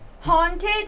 Haunted